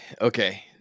Okay